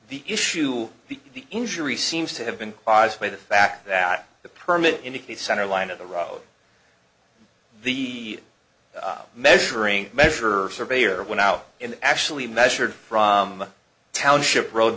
the issue the injury seems to have been caused by the fact that the permit indicates centerline of the road the measuring measure surveyor went out and actually measured from township road